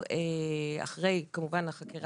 אחרי כמובן החקירה